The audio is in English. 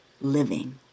living